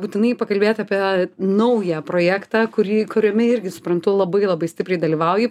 būtinai pakalbėt apie naują projektą kurį kuriame irgi suprantu labai labai stipriai dalyvauji